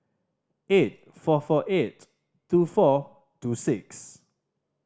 eight four four eight two four two six